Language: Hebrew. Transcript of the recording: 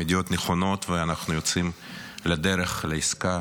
הן ידיעות נכונות ואנחנו יוצאים לדרך, לעסקה